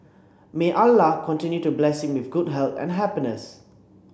may Allah continue to bless him with good health and happiness